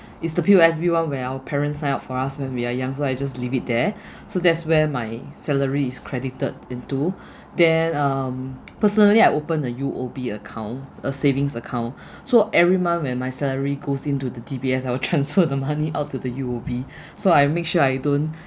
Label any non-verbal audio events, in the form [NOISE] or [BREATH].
is the P_O_S_B [one] where our parents signed up for us when we are young so I just leave it there [BREATH] so that's where my salary is credited into [BREATH] then um personally I opened a U_O_B account a savings account [BREATH] so every month when my salary goes into the D_B_S I will transfer the money out to the U_O_B [BREATH] so I make sure I don't